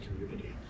community